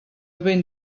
wind